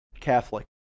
Catholic